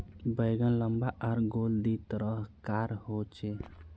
बैंगन लम्बा आर गोल दी तरह कार होचे